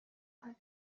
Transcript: are